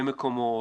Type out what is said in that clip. במקומות,